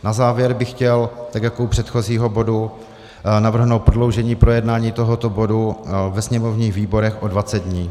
Na závěr bych chtěl tak jako u předchozího bodu navrhnout prodloužení projednání tohoto bodu ve sněmovních výborech o 20 dní.